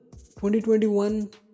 2021